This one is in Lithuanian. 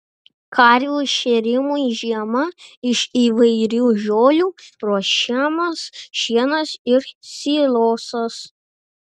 karvių šėrimui žiemą iš įvairių žolių ruošiamas šienas ir silosas